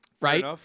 Right